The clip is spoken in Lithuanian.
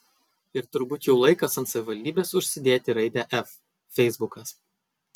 ir turbūt jau laikas ant savivaldybės užsidėti raidę f feisbukas